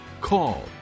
call